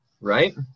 right